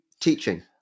teaching